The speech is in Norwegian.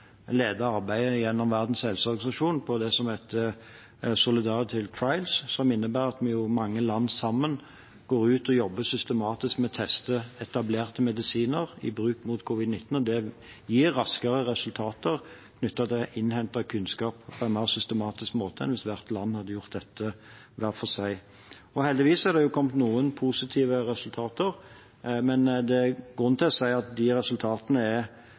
jobber systematisk med å teste etablerte medisiner i bruk mot covid-19. Det gir raskere resultater knyttet til å innhente kunnskap på en mer systematisk måte enn hvis hvert land hadde gjort dette hver for seg. Heldigvis er det kommet noen positive resultater, men det er grunn til å si at de resultatene er